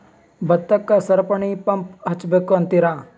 ಭತ್ತಕ್ಕ ಸರಪಣಿ ಪಂಪ್ ಹಚ್ಚಬೇಕ್ ಅಂತಿರಾ?